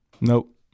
nope